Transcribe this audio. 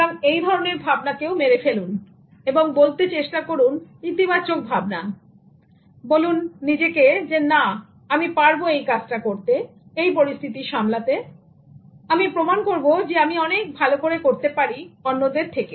সুতরাং এই ধরনের ভাবনাকেও মেরে ফেলুন এবং বলতে চেষ্টা করুন ইতিবাচক ভাবনা বলুন নিজেকে না আমি পারব এই কাজটা করতে এই পরিস্থিতি সামলাতে আমি প্রমাণ করব যে আমি অনেক ভালো করতে পারি অন্যদের থেকে